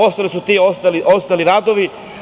Ostali su ti ostali radovi.